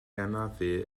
anafu